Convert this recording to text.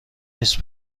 نیست